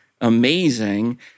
amazing